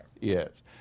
Yes